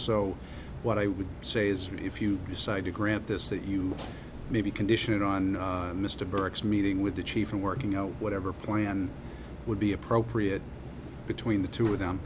so what i would say is that if you decide to grant this that you may be conditional on mr burke's meeting with the chief and working out whatever plan would be appropriate between the two of them